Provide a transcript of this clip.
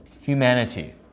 humanity